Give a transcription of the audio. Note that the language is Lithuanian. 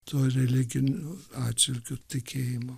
tuo religiniu atžvilgiu tikėjimu